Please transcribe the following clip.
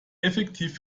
effektiv